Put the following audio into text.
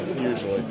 usually